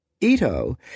Ito